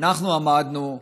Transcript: אנחנו עמדנו,